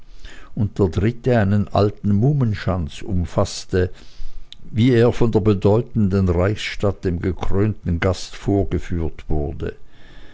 und der dritte einen alten mummenschanz umfaßte wie er von der bedeutenden reichsstadt dem gekrönten gast vorgeführt wurde